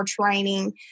training